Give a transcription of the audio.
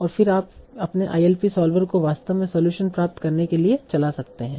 और फिर आप अपने ILP सॉल्वर को वास्तव में सलूशन प्राप्त करने के लिए चला सकते हैं